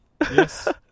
Yes